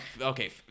Okay